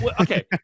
Okay